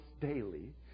daily